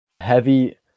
heavy